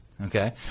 Okay